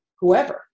whoever